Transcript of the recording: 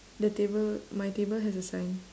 the table my table has a sign